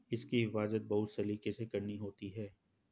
इसकी हिफाज़त बहुत सलीके से करनी होती है